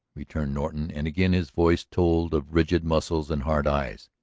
returned norton, and again his voice told of rigid muscles and hard eyes.